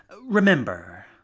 Remember